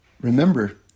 remember